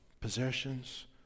possessions